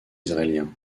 israélien